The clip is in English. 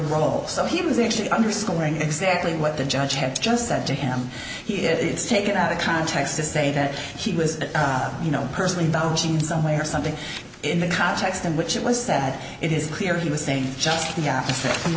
role so he was actually underscoring exactly what the judge had just said to him he it's taken out of context to say that he was you know personally vouch in some way or something in the context in which it was said it is clear he was saying just the opposite